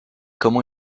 comment